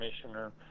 commissioner